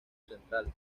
central